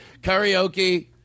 karaoke